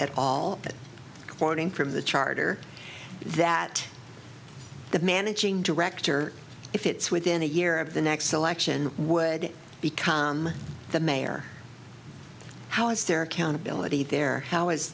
that quoting from the charter that the managing director if it's within a year of the next election would become the mayor how is there accountability there how is